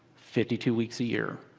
fifty two weeks a year.